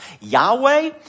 Yahweh